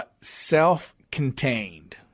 Self-contained